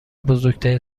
بزرگترین